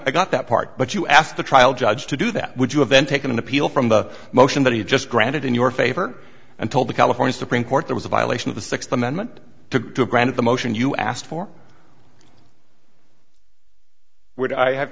i got that part but you asked the trial judge to do that would you have then taken an appeal from the motion that he just granted in your favor and told the california supreme court there was a violation of the sixth amendment to grant the motion you asked for would i have